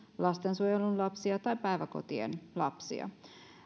lastensuojelun lapsia ja päiväkotien lapsia